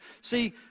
See